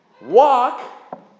Walk